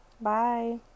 Bye